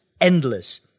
endless